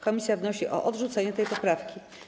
Komisja wnosi o odrzucenie tej poprawki.